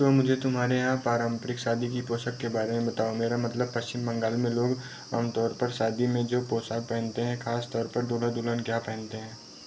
तो मुझे तुम्हारे यहाँ पारंपरिक शादी की पोशाक के बारे में बताओ मेरा मतलब पश्चिम बंगाल में लोग आम तौर पर शादी में जो पोशाक पहनते हैं खास तौर पर दूल्हा दुल्हन क्या पहनते हैं